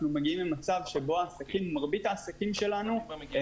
אנחנו מגיעים למצב שבו מרבית העסקים שלנו הם